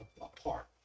apart